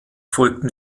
folgten